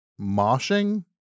Moshing